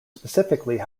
specifically